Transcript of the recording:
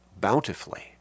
bountifully